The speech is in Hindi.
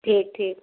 ठीक ठीक